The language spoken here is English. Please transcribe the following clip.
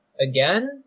again